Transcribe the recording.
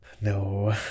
no